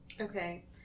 Okay